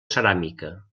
ceràmica